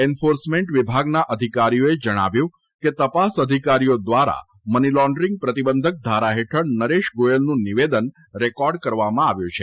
enforcement વિભાગના અધિકારીઓએ જણાવ્યું છે કે તપાસ અધિકારીઓ દ્વારા મની લોન્ડરીંગ પ્રતિબંધક ધારા હેઠળ નરેશ ગોયલનું નિવેદન રેકોર્ડ કરવામાં આવ્યું છે